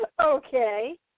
Okay